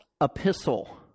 epistle